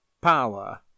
power